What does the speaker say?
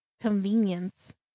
convenience